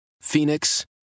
Phoenix